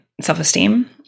self-esteem